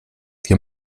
wir